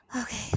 Okay